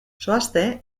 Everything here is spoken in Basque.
zoazte